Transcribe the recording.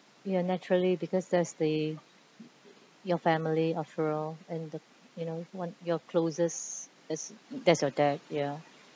ya naturally because that's the your family after all and the you know one your closest that's that's your dad ya